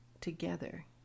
together